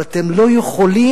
אבל אתם לא יכולים,